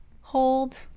hold